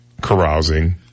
carousing